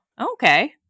Okay